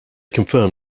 confirm